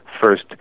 first